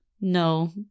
no